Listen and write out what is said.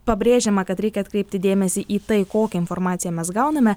pabrėžiama kad reikia atkreipti dėmesį į tai kokią informaciją mes gauname